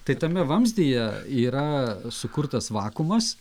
tai tame vamzdyje yra sukurtas vakuumas